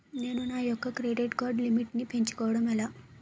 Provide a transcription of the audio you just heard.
నేను నా యెక్క క్రెడిట్ కార్డ్ లిమిట్ నీ పెంచుకోవడం ఎలా?